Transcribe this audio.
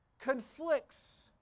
conflicts